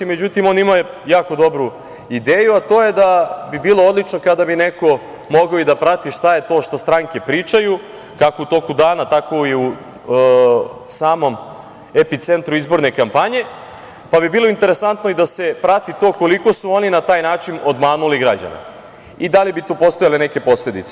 Međutim, on je imao jako dobru ideju, a to je da bi bilo odlično kada bi neko mogao i da prati šta je to što stranke pričaju, kako u toku dana, tako i u samom epicentru izborne kampanje, pa bi bilo interesantno i da se prati to koliko su oni na taj način obmanuli građane i da li bi tu postojale neke posledice.